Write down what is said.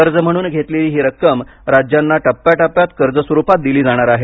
कर्ज म्हणून घेतलेली ही रक्कम राज्यांना टप्प्या टप्प्यात कर्ज स्वरुपात दिली जाणार आहे